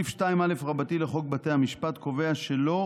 סעיף 2א לחוק בתי המשפט קובע שלא